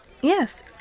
Yes